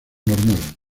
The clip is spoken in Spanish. normal